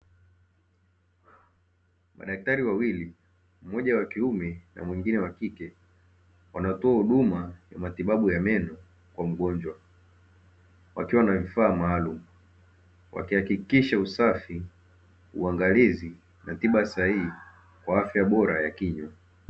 Madaktari wawili mmoja wa kiume na mwingine wa kike wanaotoa huduma ya matibabu ya meno kwa mgonjwa, wakiwa na vifaa maalum wakihakikisha usafi, uangalizi na tiba sahihi kwa afya bora ya kinywa.